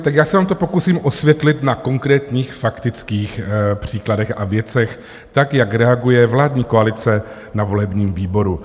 Tak já se vám to pokusím osvětlit na konkrétních faktických příkladech a věcech, tak jak reaguje vládní koalice na volebním výboru.